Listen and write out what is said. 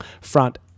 Front